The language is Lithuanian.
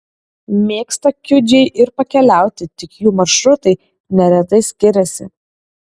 mėgsta kiudžiai ir pakeliauti tik jų maršrutai neretai skiriasi